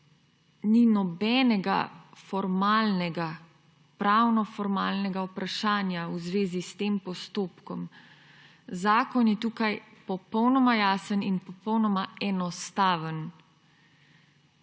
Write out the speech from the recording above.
ni nobenega formalnega, formalnopravnega vprašanja v zvezi s tem postopkom. Zakon je tukaj popolnoma jasen in popolnoma enostaven.